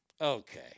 Okay